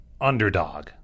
underdog